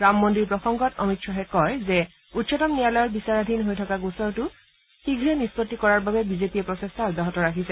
ৰামমন্দিৰ প্ৰসংগত অমিত খাহে কয় যে উচ্চতম ন্যায়ালয়ৰ বিচৰাধীন হৈ থকা গোচৰটো শীঘ্ৰে নিষ্পতি কৰাৰ বাবে বিজেপিয়ে প্ৰচেষ্টা অব্যাহত ৰাখিছে